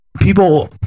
people